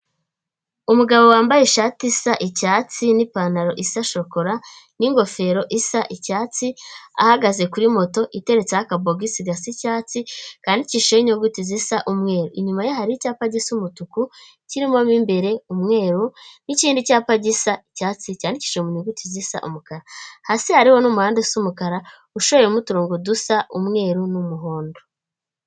Umugabo wambaye ishati isa icyatsi n'ipantaro isa shokora n'ingofero isa icyatsi, ahagaze kuri moto iteretseho akabogisi gasa icyatsi kandikishije ho inyuguti zisa umweru. Inyuma ye hari icyapa gisa umutuku kirimo imbere umweru n'ikindi cyapa gisa icyatsi cyandikishije mu nyuguti zisa umukara. Hasi hariho n'umuhanda usa umukara ushoyemo uturongo dusa umweru n'umuhondo.